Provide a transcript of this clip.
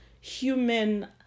human